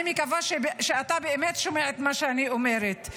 אני מקווה שאתה באמת שומע את מה שאני אומרת.